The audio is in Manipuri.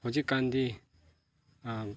ꯍꯧꯖꯤꯛꯀꯥꯟꯗꯤ